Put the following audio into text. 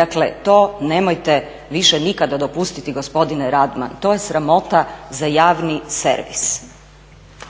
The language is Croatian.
Dakle, to nemojte više nikada dopustiti gospodine Radman, to je sramota za javni servis.